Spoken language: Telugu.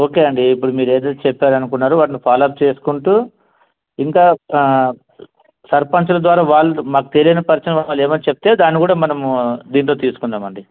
ఓకే అండి ఇప్పుడు మీరు ఏదేది చెప్పారనుకున్నారు వాటిని ఫాలోఅప్ చేసుకుంటూ ఇంకా సర్పంచల ద్వారా వాళ్ళ మాకు తెలిన పరిచయం వాళ్ళు ఏమైనా చెప్తే దాన్ని కూడా మనము దీంట్లో తీసుకుందామండి